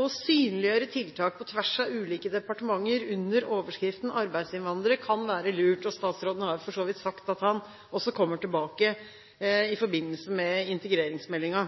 Å synliggjøre tiltak på tvers av ulike departementer under overskriften arbeidsinnvandring kan være lurt, og statsråden har for så vidt sagt at han også kommer tilbake til det i forbindelse med integreringsmeldingen.